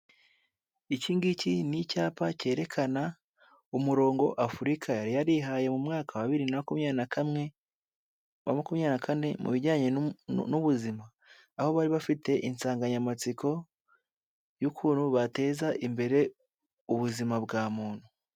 Iki ngiki ni icyapa cyerekana, umurongo Afurika yari yarihaye mu mwaka wa bibiri na kumyabiri nakamwe wa makumyabiri na kane mu bijyanye n'ubuzima aho bari bafite insanganyamatsiko y'ukuntu bateza imbere, ubuzima bwa muntu.